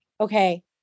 Okay